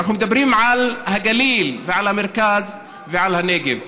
אנחנו מדברים על הגליל ועל המרכז ועל הנגב.